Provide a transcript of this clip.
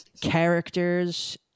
characters